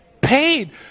paid